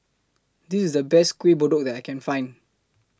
This IS The Best Kueh Kodok that I Can Find